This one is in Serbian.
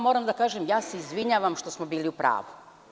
Moram da kažem – izvinjavam se što smo bili u pravu.